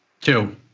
Two